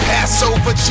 Passover